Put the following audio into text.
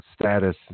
status